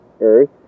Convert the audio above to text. Earth